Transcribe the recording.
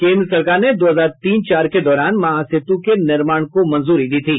केन्द्र सरकार ने दो हजार तीन चार के दौरान महासेतु के निर्माण को मंजूरी दी थी